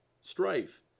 strife